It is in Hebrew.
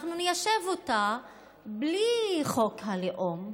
אנחנו ניישב אותה בלי חוק הלאום.